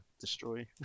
destroy